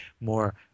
more